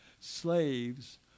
slaves